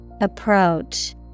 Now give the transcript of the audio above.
Approach